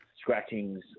scratchings